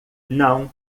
não